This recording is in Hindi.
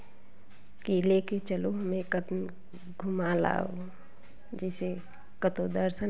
कि ले के चलो हमें कहीं घूमा लाओ जैसे कतो दर्शन करा लाओ